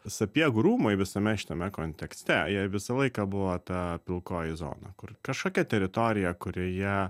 sapiegų rūmai visame šitame kontekste jie visą laiką buvo ta pilkoji zona kur kažkokia teritorija kurioje